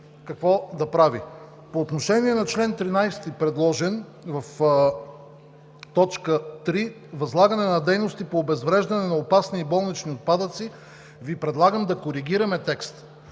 какво да прави. По отношение на чл. 13, предложен в т. 3: „Възлагане на дейности по обезвреждане на опасни и болнични отпадъци“, Ви предлагам да коригираме текста